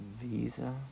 Visa